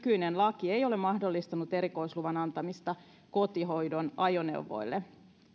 nykyinen laki ei ole mahdollistanut erikoisluvan antamista kotihoidon ajoneuvoille